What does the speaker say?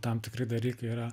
tam tikri dalykai yra